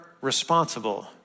responsible